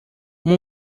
uma